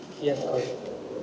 yes okay